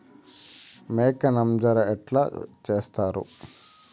మేక నంజర ఎట్లా సేస్తారు?